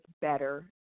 better